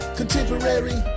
contemporary